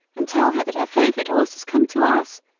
and tell her that her favorite horse has come to us.